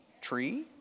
tree